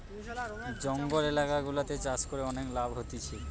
জঙ্গল এলাকা গুলাতে চাষ করে অনেক লাভ হতিছে